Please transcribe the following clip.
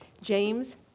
James